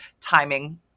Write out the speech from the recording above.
timing